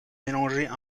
mélanger